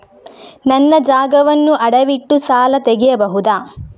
ನನ್ನ ಜಾಗವನ್ನು ಅಡವಿಟ್ಟು ಸಾಲ ತೆಗೆಯಬಹುದ?